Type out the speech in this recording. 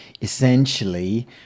essentially